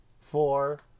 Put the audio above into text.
Four